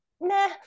nah